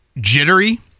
jittery